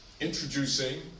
Introducing